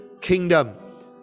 kingdom